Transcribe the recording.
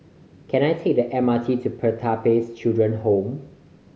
can I take the M R T to Pertapis Children Home